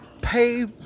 pay